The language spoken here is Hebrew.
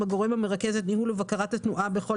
עם הגורם המרכז את ניהול ובקרת התנועה בכל